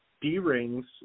D-rings